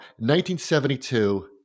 1972